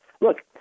Look